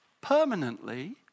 permanently